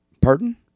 Pardon